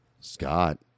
Scott